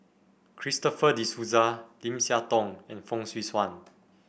Christopher De Souza Lim Siah Tong and Fong Swee Suan